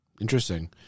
interesting